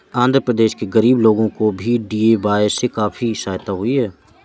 आंध्र प्रदेश के गरीब लोगों को भी डी.ए.वाय से काफी सहायता हुई है